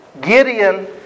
Gideon